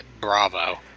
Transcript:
Bravo